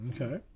Okay